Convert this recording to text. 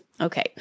Okay